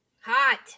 Hot